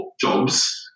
jobs